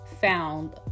found